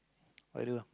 what you do now